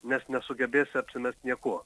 nes nesugebėsi apsimesti niekuo